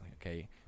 okay